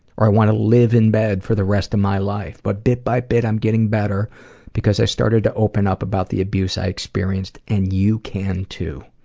or i wanna live in bed for the rest of my life. but bit by bit, i'm getting better because i started to open up about the abuse i experienced and you can, too.